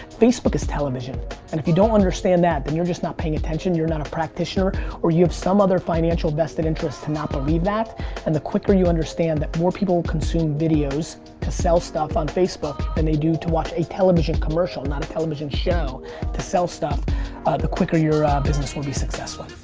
facebook is television and if you don't understand that then you're just not paying attention, you're not a practitioner or you have some other financial vested interest to not believe that and the quicker you understand that more people consume videos to sell stuff on facebook than they do to watch a television commercial, not a television show to sell stuff the quicker your ah business will be successful.